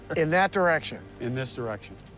in that direction? in this direction.